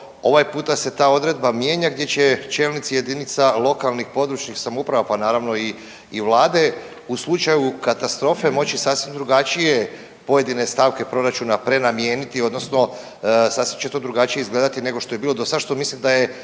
Ovaj puta se ta odredba mijenja gdje se čelnici jedinica lokalnih i područnih samouprava, pa naravno i vlade u slučaju katastrofe moći sasvim drugačije pojedine stavke proračuna prenamijeniti odnosno sasvim će to drugačije izgledati nego što je bilo do sad, što mislim da je,